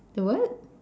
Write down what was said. the what